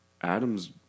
Adam's